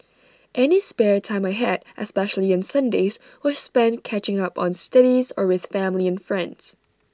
any spare time I had especially on Sundays was spent catching up on studies or with family and friends